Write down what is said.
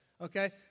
okay